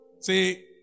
Say